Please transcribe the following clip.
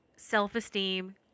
Self-esteem